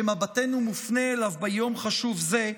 שמבטינו מופנה אליו ביום חשוב זה,